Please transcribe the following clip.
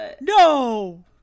no